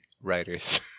writers